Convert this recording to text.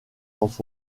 dans